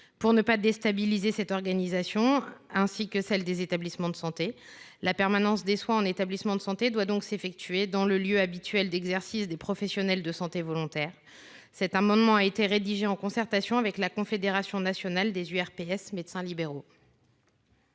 Pour ne pas déstabiliser cette organisation ainsi que celle des établissements de santé, la permanence des soins en établissement de santé doit donc s’effectuer dans le lieu habituel d’exercice des professionnels de santé volontaires. Cet amendement a été rédigé en concertation avec la Confédération nationale des unions régionales